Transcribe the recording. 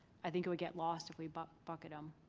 i think it would get lost if we but bucket um